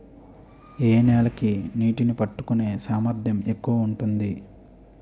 ఏ నేల కి నీటినీ పట్టుకునే సామర్థ్యం ఎక్కువ ఉంటుంది?